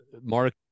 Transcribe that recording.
Mark